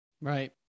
Right